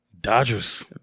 Dodgers